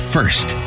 First